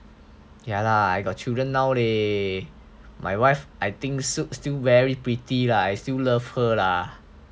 ya lah I got children now leh my wife I think still still very pretty lah I still love her lah